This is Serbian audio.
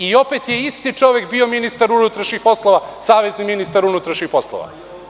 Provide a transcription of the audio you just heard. I opet je isti čovek bio ministar unutrašnjih poslova, savezni ministar unutrašnjih poslova.